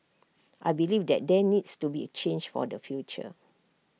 I believe that there needs to be change for the future